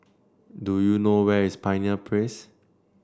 do you know where is Pioneer Place